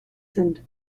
sind